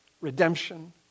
redemption